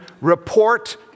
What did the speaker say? report